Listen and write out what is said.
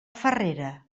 farrera